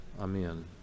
amen